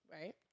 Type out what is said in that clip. Right